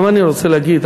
גם אני רוצה להגיד,